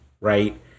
right